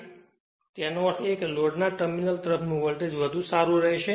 તેથી તેનો અર્થ એ છે કે લોડના ટર્મિનલ તરફનો વોલ્ટેજ વધુ સારું રહેશે